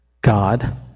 God